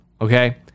Okay